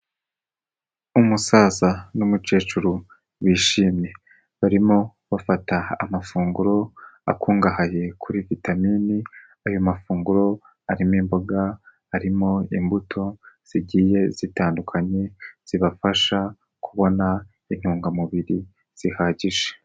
Umusaza n'umukecuru bishimye, barimo bafata amafunguro akungahaye kuri vitamine, ayo mafunguro arimo imboga, harimo imbuto zigiye zitandukanye, zibafasha kubona intungamubiri zihagije.